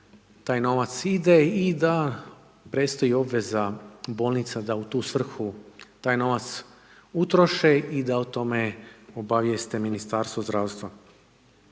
taj novac ide i da prestaje obveza bolnica da u tu svrhu, taj novac utroše i da o tome obavijeste Ministarstvo zdravstva.